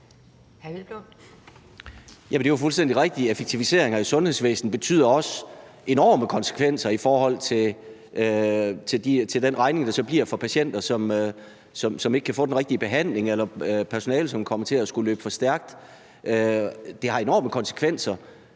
Det er jo fuldstændig rigtigt, at effektiviseringer i sundhedsvæsenet også har enorme konsekvenser for den regning, der så bliver for patienter, som ikke kan få den rigtige behandling, eller personale, som kommer til at skulle løbe for stærkt. Det har enorme konsekvenser,